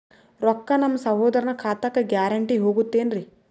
ರೊಕ್ಕ ನಮ್ಮಸಹೋದರನ ಖಾತಕ್ಕ ಗ್ಯಾರಂಟಿ ಹೊಗುತೇನ್ರಿ?